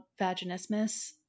vaginismus